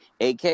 AK